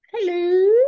Hello